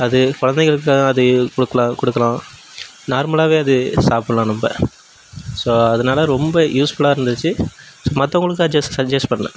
அது குழந்தைங்களுக்கு அது கொடுக்கலாம் கொடுக்கலாம் நார்மலாகவே அது சாப்பிட்லாம் நம்ம ஸோ அதுனால ரொம்ப யூஸ்ஃபுல்லா இருந்துச்சி மற்றவங்களுக்கு ஜஸ்ட் சஜ்ஜெஸ் பண்ணேன்